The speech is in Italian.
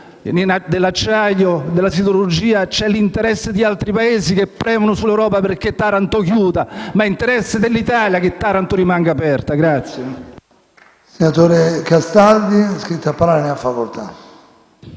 dell'acciaio e della siderurgia c'è l'interesse di altri Paesi che premono sull'Europa perché Taranto chiuda, ma è interesse dell'Italia che Taranto rimanga aperta.